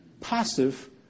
passive